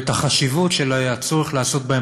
לאחר שבשבוע שעבר,